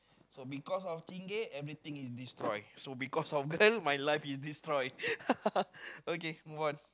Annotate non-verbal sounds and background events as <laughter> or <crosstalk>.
so because of Chingay everything is destroy so because of girl my life is destroy <laughs> okay move on